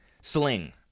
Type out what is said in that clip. sling